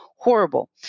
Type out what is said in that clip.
horrible